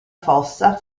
fossa